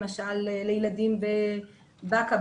למשל לילדים בבקא,